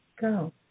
go